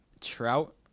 Trout